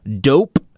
Dope